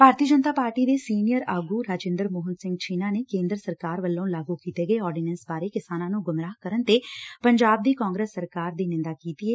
ਭਾਰਤੀ ਜਨਤਾ ਪਾਰਟੀ ਦੇ ਸੀਨੀਅਰ ਆਗੁ ਰਾਜਿੰਦਰ ਮੋਹਨ ਸਿੰਘ ਛੀਨਾ ਨੇ ਕੇਦਰ ਸਰਕਾਰ ਵੱਲੋ ਲਾਗੁ ਕੀਤੇ ਗਏ ਆਰਡੀਨੈਸ ਬਾਰੇ ਕਿਸਾਨਾਂ ਨੂੰ ਗੁੰਮਰਾਹ ਕਰਨ ਤੇ ਪੰਜਾਬ ਦੀ ਕਾਂਗਰਸ ਸਰਕਾਰ ਦੀ ਨਿੰਦਾ ਕੀਤੀ ਐ